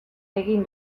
egin